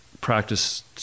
practice